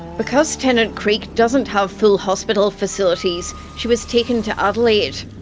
because tennant creek doesn't have full hospital facilities, she was taken to adelaide.